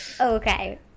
okay